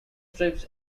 strips